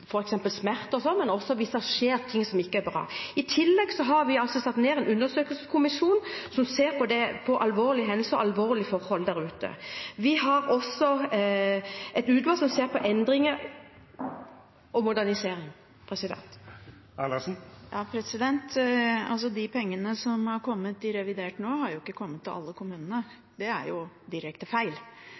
men også hvis det skjer ting som ikke er bra. I tillegg har vi satt ned en undersøkelseskommisjon som ser på alvorlige hendelser og alvorlige forhold der ute. Vi har også et utvalg som ser på endringer og modernisering. De pengene som har kommet i revidert budsjett nå, har jo ikke kommet til alle kommunene. Det er direkte feil